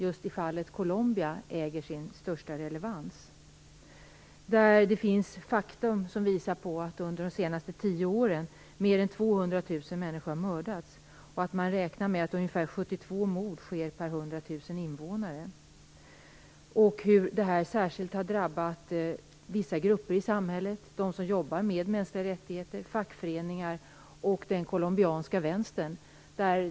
Just i fallet Colombia äger detta sin största relevans. Under de senaste tio åren har mer än 200 000 människor mördats, och man räknar med att det förövas ungefär 72 mord per 100 000 invånare. Detta har särskilt drabbat vissa grupper i samhället: de som jobbar med mänskliga rättigheter, fackföreningar och den colombianska vänstern.